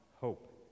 hope